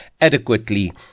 adequately